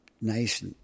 nice